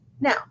Now